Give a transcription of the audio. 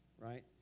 right